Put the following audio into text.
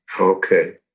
okay